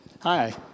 hi